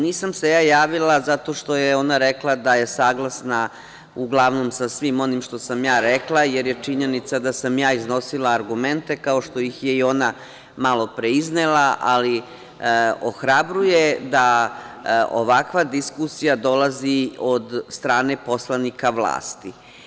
Nisam se ja javila zato što je ona rekla da je saglasna, uglavnom sa svim onim što sam ja rekla, jer je činjenica da sam ja iznosila argumente, kao što ih je i ona malopre iznela, ali ohrabruje da ovakva diskusija dolazi od strane poslanika vlasti.